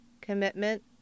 commitment